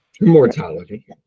Mortality